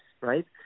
right